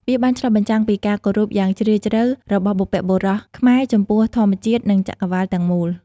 វាបានឆ្លុះបញ្ចាំងពីការគោរពយ៉ាងជ្រាលជ្រៅរបស់បុព្វបុរសខ្មែរចំពោះធម្មជាតិនិងចក្រវាឡទាំងមូល។